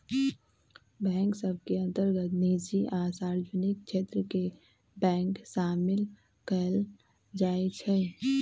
bank सभ के अंतर्गत निजी आ सार्वजनिक क्षेत्र के बैंक सामिल कयल जाइ छइ